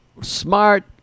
smart